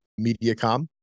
MediaCom